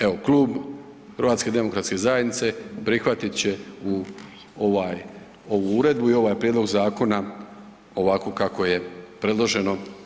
Evo, Klub HDZ-a prihvatit će u, ovaj ovu uredbu i ovaj prijedlog zakona ovako kako je predloženo.